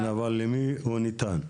כן, אבל למי הוא ניתן?